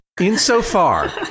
insofar